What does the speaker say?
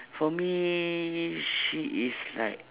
for me she is like